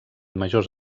majors